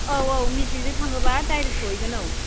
औ औ मेजिकजों थाङोबा डायरेक्ट सहैगोन औ